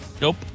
Nope